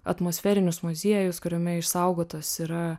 atmosferinius muziejus kuriame išsaugotos yra